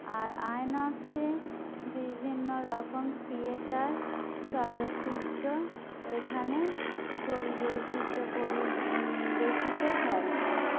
আর আয়নক্সে বিভিন্ন রকম থিয়েটার চলচ্চিত্র এখানে পরিবেশিত করি বেশিত হয়